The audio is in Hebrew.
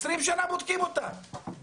עשרים שנה בודקים אותם.